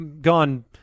gone